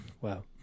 Wow